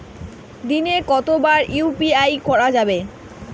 দিনে কতবার ইউ.পি.আই করা যাবে?